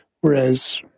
whereas